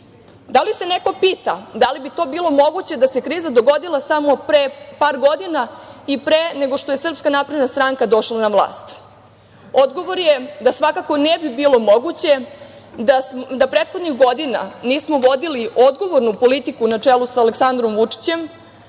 li se neko pita da li bi to bilo moguće da se kriza dogodila samo pre par godina i pre nego što je SNS došla na vlast? Odgovor je da svakako ne bi bilo moguće, da prethodnih godina nismo vodili odgovornu politiku na čelu sa Aleksandrom Vučićem,